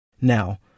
Now